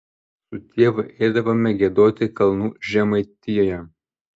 su tėvu eidavome giedoti kalnų žemaitijoje